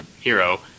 hero